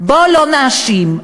בואו לא נאשים,